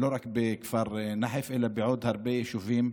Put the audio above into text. לא רק בכפר נחף אלא בעוד הרבה יישובים,